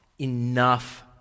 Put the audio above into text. enough